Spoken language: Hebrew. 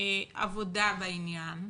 עבודה בעניין,